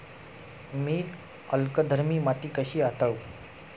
मी अल्कधर्मी माती कशी हाताळू?